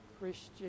Christian